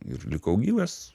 ir likau gyvas